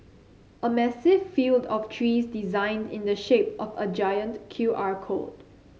a massive field of trees designed in the shape of a giant Q R code